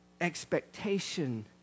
expectation